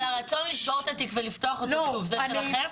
אבל הרצון לסגור את התיק ולפתוח אותו שוב זה שלכם?